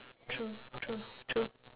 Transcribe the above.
true true true